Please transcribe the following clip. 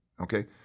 Okay